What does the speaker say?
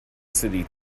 city